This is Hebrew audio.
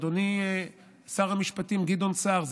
אדוני שר המשפטים גדעון סער,